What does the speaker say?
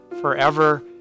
forever